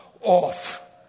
off